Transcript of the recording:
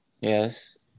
Yes